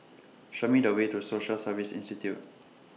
Show Me The Way to Social Service Institute